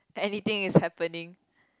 anything is happening